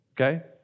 Okay